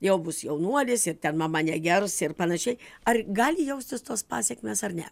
jau bus jaunuolis ir ten mama negers ir panašiai ar gali jaustis tos pasekmės ar ne